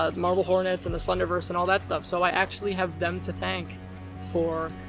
ah marble hornets and the slenderverse and all that stuff. so, i actually have them to thank for.